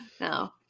No